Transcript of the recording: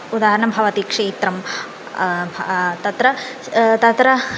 उदाहरणं भवति क्षेत्रं तत्र तत्र